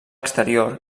exterior